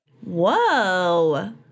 Whoa